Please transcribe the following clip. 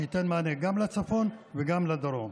שייתן מענה גם לצפון וגם לדרום.